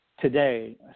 today